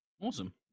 Awesome